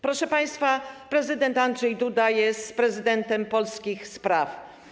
Proszę państwa, prezydent Andrzej Duda jest prezydentem polskich spraw.